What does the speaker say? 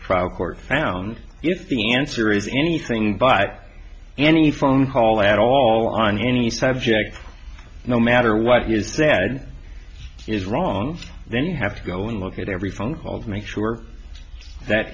trial court found if the answer is anything but any phone call at all on any subject no matter what is said is wrong then you have to go and look at every phone call to make sure that